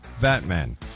Batman